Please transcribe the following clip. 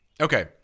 Okay